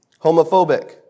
homophobic